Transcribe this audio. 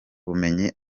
bumenyi